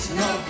no